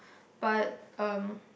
but um